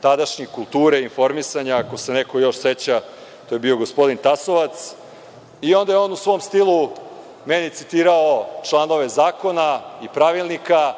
tadašnji, kulture i informisanja, ako se neko još seća, to je bio gospodin Tasovac i onda je on u svom stilu meni citirao članove zakona i pravilnika